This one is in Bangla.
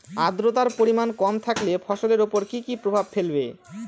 আদ্রর্তার পরিমান কম থাকলে ফসলের উপর কি কি প্রভাব ফেলবে?